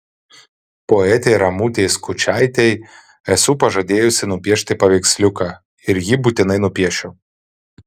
poetei ramutei skučaitei esu pažadėjusi nupiešti paveiksliuką ir jį būtinai nupiešiu